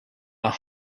are